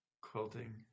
quilting